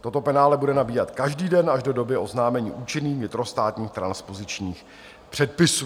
Toto penále bude nabíhat každý den až do doby oznámení účinných vnitrostátních transpozičních předpisů.